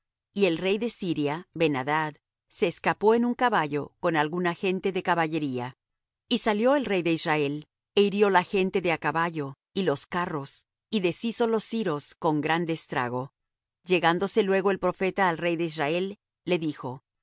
y el rey de siria ben adad se escapó en un caballo con alguna gente de caballería y salió el rey de israel é hirió la gente de á caballo y los carros y deshizo los siros con grande estrago llegándose luego el profeta al rey de israel le dijo ve